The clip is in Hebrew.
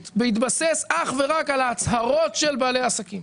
בהתבסס אך ורק על ההצהרות של בעלי העסקים.